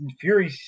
Fury